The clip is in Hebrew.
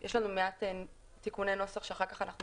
יש לנו מעט תיקוני נוסח שאחר כך אנחנו